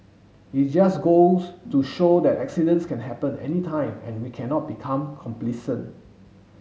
it just goes to show that accidents can happen anytime and we cannot become complacent